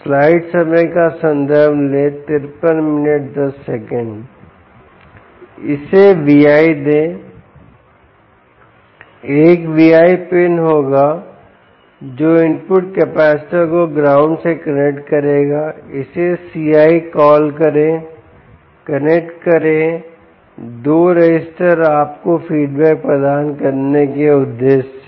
इसे V¿ दें एक V¿ पिन होगा जो इनपुट कैपेसिटर को ग्राउंड से कनेक्ट करेगा इसे C¿कॉल कॉल करें कनेक्ट करें 2 रजिस्टर आपको फीडबैक प्रदान करने के उद्देश्य से